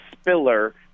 spiller